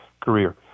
career